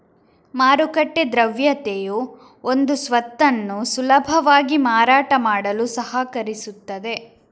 ಮಾರುಕಟ್ಟೆ ದ್ರವ್ಯತೆಯು ಒಂದು ಸ್ವತ್ತನ್ನು ಸುಲಭವಾಗಿ ಮಾರಾಟ ಮಾಡಲು ಸಹಕರಿಸುತ್ತದೆ